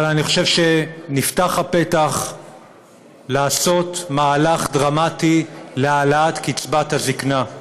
אבל אני חושב שנפתח הפתח לעשות מהלך דרמטי להעלאת קצבת הזקנה.